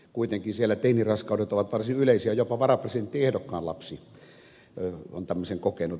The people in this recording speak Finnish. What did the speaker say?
kuitenkin siellä teiniraskaudet ovat varsin yleisiä jopa varapresidenttiehdokkaan lapsi on tämmöisen kokenut